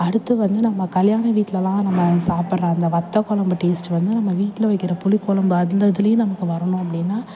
அடுத்து வந்து நம்ம கல்யாண வீட்டில்லாம் நம்ம சாப்பிட்ற அந்த வத்தக்குலம்பு டேஸ்ட்டு வந்து நம்ம வீட்டில் வைக்கிற புளிக்குலம்பு அந்த இதுலையும் நமக்கு வரணும் அப்படினா